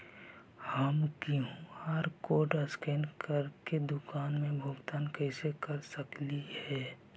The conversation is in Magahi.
हम कियु.आर कोड स्कैन करके दुकान में भुगतान कैसे कर सकली हे?